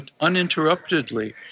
uninterruptedly